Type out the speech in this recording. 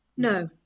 No